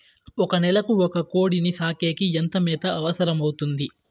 ఒక నెలకు ఒక కోడిని సాకేకి ఎంత మేత అవసరమవుతుంది?